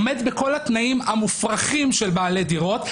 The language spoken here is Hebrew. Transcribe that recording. עומד בכל התנאים המופרכים של בעלי דירות,